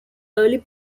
early